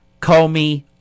Comey